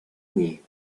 knee